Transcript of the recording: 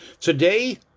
Today